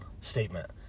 statement